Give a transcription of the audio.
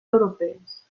europees